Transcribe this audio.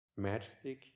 matchstick